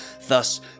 Thus